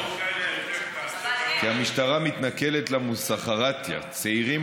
מוסחראתייה, שהמשטרה מתנכלת למוסחראתייה, צעירים